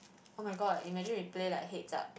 [oh]-my-god imagine we play like heads up